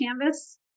canvas